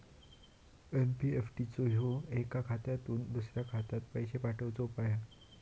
NEFT ह्यो एका खात्यातुन दुसऱ्या खात्यात पैशे पाठवुचो उपाय हा